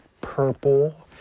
purple